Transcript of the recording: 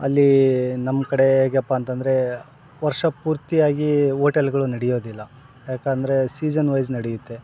ಅಲ್ಲಿ ನಮ್ಮ ಕಡೆ ಹೇಗಪ್ಪ ಅಂತಂದರೆ ವರ್ಷ ಪೂರ್ತಿಯಾಗಿ ಹೋಟೆಲ್ಗಳು ನಡೆಯೋದಿಲ್ಲ ಯಾಕಂದರೆ ಸೀಸನ್ ವೈಸ್ ನಡೆಯುತ್ತೆ